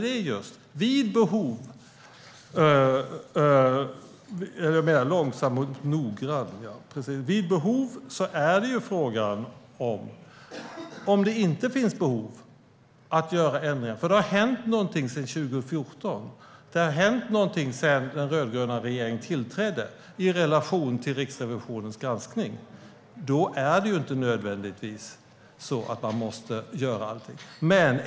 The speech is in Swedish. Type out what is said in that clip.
Det är ju just vid behov det är frågan om. Om det inte finns behov av att göra ändringar - det har ju hänt någonting i relation till Riksrevisionens granskning sedan 2014 och sedan den rödgröna regeringen tillträdde - är det inte nödvändigtvis så att man måste göra allting.